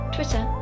Twitter